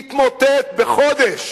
יתמוטט בחודש